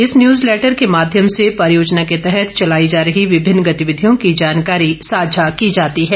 इस newsletter के माध्यम से परियोजना के तहत चलाई जा रही विभिन्न गतिविधियों की जानकारी साझा की जाती है